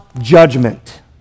judgment